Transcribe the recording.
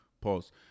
Pause